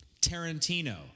Tarantino